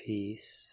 Peace